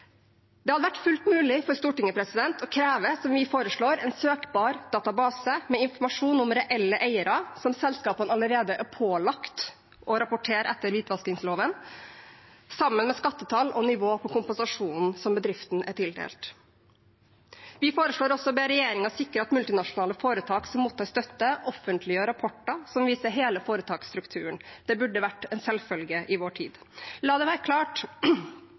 Det hadde vært fullt mulig for Stortinget å kreve – som vi foreslår – en søkbar database med informasjon om reelle eiere, som selskapene allerede er pålagt å rapportere etter hvitvaskingsloven, sammen med skattetall og nivå på kompensasjonen som bedriften er tildelt. Vi foreslår også å be regjeringen sikre at multinasjonale foretak som mottar støtte, offentliggjør rapporter som viser hele foretaksstrukturen. Det burde være en selvfølge i vår tid. La det være klart: